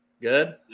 good